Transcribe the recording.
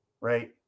right